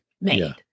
made